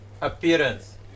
appearance